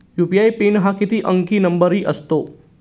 UPI PIN हा किती अंकी नंबर असतो?